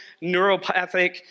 neuropathic